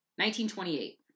1928